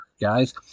guys